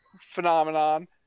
phenomenon